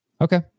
Okay